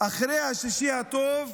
אחרי יום שישי הטוב